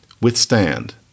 withstand